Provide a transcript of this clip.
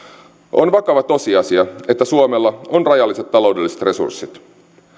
on vakava tosiasia että suomella on rajalliset taloudelliset resurssit